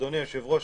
אדוני היושב ראש,